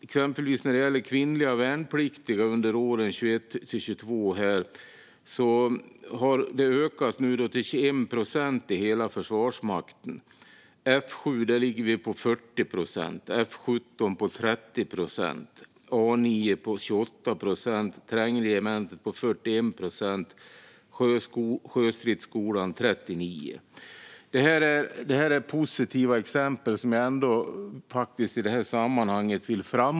Exempelvis när det gäller kvinnliga värnpliktiga under åren 2021-2022 har de ökat till 21 procent i hela Försvarsmakten. F 7 ligger på 40 procent, F 17 på 30 procent, A 9 på 28 procent, Trängregementet på 41 procent och Sjöstridsskolan på 39 procent. Det här är positiva exempel som jag vill framhålla i det här sammanhanget.